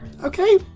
Okay